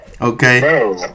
okay